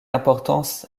importance